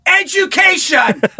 education